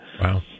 Wow